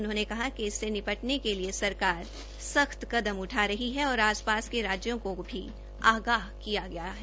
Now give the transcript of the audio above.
उन्होंने कहा कि इससे निपटने के लिए सरकार सख्त कदम उठा रही है और आसपास के राज्यों को भी आगाह किया गया है